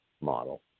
model